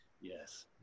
Yes